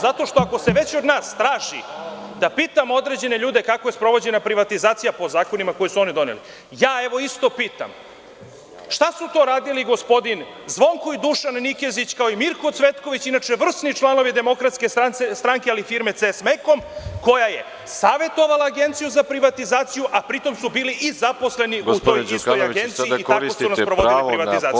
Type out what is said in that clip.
Zato što ako se već od nas traži da pitamo određene ljude kako je sprovođena privatizacija po zakonima koje su oni doneli, ja isto pitam – šta su to radili gospodin Zvonko i Dušan Nikezić, kao i Mirko Cvetković, inače vrsni članovi DS, ali firme „Ces Mekon“ koja je savetovala Agenciju za privatizaciju, a pri tom su bili i zaposleni u istoj agenciji i tako su sprovodili privatizaciju.